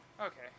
Okay